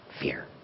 fear